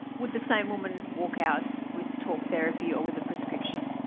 would the same woman walk out with talk therapy or with a prescription.